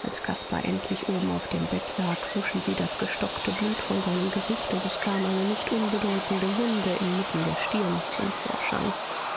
als caspar endlich oben auf dem bett lag wuschen sie das gestockte blut von seinem gesicht und es kam eine nicht unbedeutende wunde inmitten der stirn zum vorschein